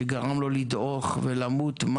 שגרם לו לדעוך ולמות.